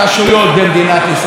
גברתי,